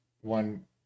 one